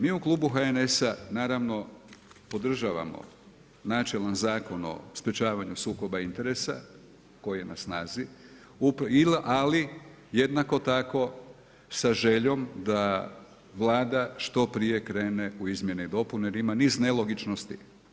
Mi u Klubu HNS-a, naravno, podržavamo načelan Zakon o sprječavanju sukoba interesa, koji je na snazi, ali jednako tako, sa željom da Vlada što prije krene u izmjene i dopuna, jer ima niz nelogičnosti.